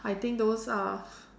I think those are